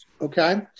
okay